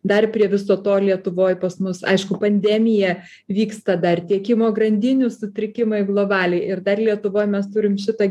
dar prie viso to lietuvoj pas mus aišku pandemija vyksta dar tiekimo grandinių sutrikimai globaliai ir dar lietuvoj mes turim šitą